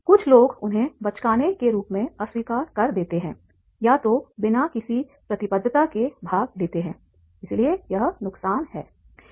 कुछ लोग उन्हें बचकाने के रूप में अस्वीकार कर देते हैं या तो बिना किसी प्रतिबद्धता के भाग लेते हैं इसलिए यह नुकसान है